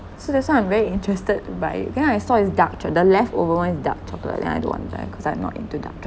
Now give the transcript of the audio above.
so that's why I'm very interested to buy it but then I saw is dark cho~ the leftover [one] is dark chocolate then I don't want that cause I'm not into dark chocolate